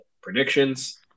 predictions